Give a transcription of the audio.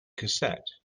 cassette